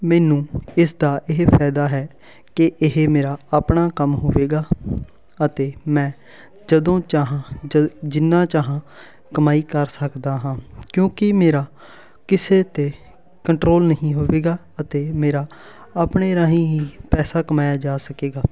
ਮੈਨੂੰ ਇਸ ਦਾ ਇਹ ਫਾਇਦਾ ਹੈ ਕਿ ਇਹ ਮੇਰਾ ਆਪਣਾ ਕੰਮ ਹੋਵੇਗਾ ਅਤੇ ਮੈਂ ਜਦੋਂ ਚਾਹਾਂ ਜ ਜਿੰਨਾਂ ਚਾਹਾ ਕਮਾਈ ਕਰ ਸਕਦਾ ਹਾਂ ਕਿਉਂਕਿ ਮੇਰਾ ਕਿਸੇ 'ਤੇ ਕੰਟਰੋਲ ਨਹੀਂ ਹੋਵੇਗਾ ਅਤੇ ਮੇਰਾ ਆਪਣੇ ਰਾਹੀਂ ਹੀ ਪੈਸਾ ਕਮਾਇਆ ਜਾ ਸਕੇਗਾ